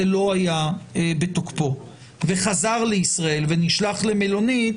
לא היה בתוקפו וחזר לישראל ונשלח למלונית,